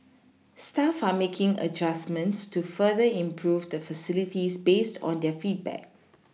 staff are making adjustments to further improve the facilities based on their feedback